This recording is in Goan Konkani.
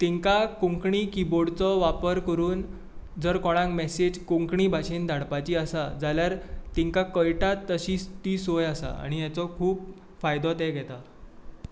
तेंकां कोंकणी किबोर्डचो वापर करून जर कोणाक मेसेज कोंकणी भाशेंत धाडपाची आसा जाल्यार तेंकां कळटा तशी ती सोय आसा आनी हेचो खूब फायदो ते घेतात